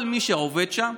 כל מי שעובד שם,